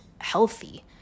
healthy